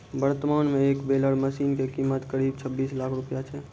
वर्तमान मॅ एक बेलर मशीन के कीमत करीब छब्बीस लाख रूपया छै